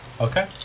Okay